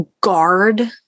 guard